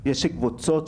רצו להרוג אותנו,